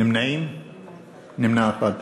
נמנע אחד.